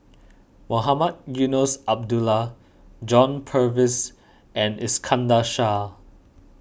Mohamed Eunos Abdullah John Purvis and Iskandar Shah